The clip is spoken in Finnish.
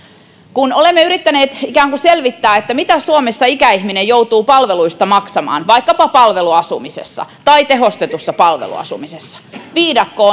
olemme yrittäneet ikään kuin selvittää mitä suomessa ikäihminen joutuu palveluista maksamaan vaikkapa palveluasumisessa tai tehostetussa palveluasumisessa viidakko